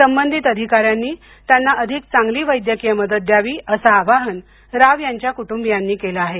संबंधित अधिका यांनी त्यांना अधिक चांगली वैद्यकीय मदत द्यावी असं आवाहन राव यांच्या कुटुंबीयांनी केलं आहे